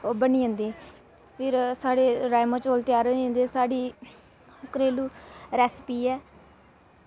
ओह् बनी जंदे फिर साढ़े राजमाह् चौल त्यार होई जंदे साढ़ी घरेलु रेसिपी ऐ